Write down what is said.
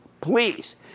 please